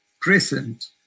present